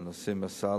על נושאים לסל,